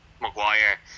Maguire